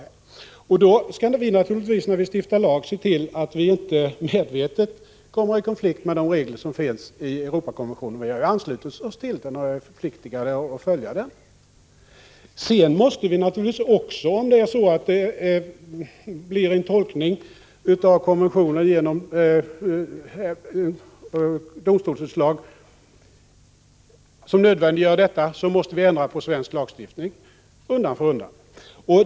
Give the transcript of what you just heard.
När vi stiftar lagar skall vi naturligtvis se till att de inte kommer i konflikt med reglerna i Europakonventionen. Vi har ju anslutit oss till denna och är förpliktigade att följa den. Om det genom domstolsutslag görs en tolkning av konventioner på det sättet att det blir nödvändigt att ändra svensk lagstiftning måste vi naturligtvis göra det undan för undan.